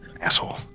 Asshole